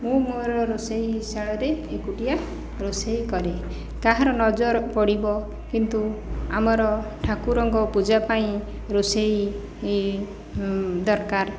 ମୁଁ ମୋର ରୋଷେଇଶାଳରେ ଏକୁଟିଆ ରୋଷେଇ କରେ କାହାର ନଜର ପଡ଼ିବ କିନ୍ତୁ ଆମର ଠାକୁରଙ୍କ ପୂଜା ପାଇଁ ରୋଷେଇ ଦରକାର